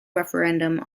referendum